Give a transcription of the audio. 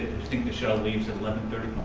think the shuttle leaves at eleven thirty